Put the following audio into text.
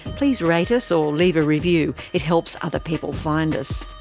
please rate us or leave a review. it helps other people find us.